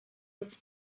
over